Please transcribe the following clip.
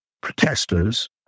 protesters